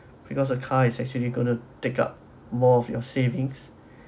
because a car is actually going to take up more of your savings